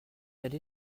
allée